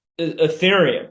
ethereum